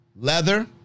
leather